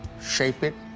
shape it.